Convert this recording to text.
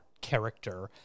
character